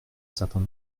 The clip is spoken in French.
certain